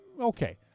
Okay